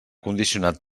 condicionat